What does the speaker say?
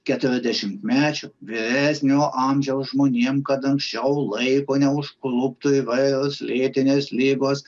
keturiasdešimtmečio vyresnio amžiaus žmonėm kad anksčiau laiko neužkluptų įvairios lėtinės ligos